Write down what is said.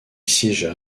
siégea